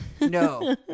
no